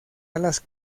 alas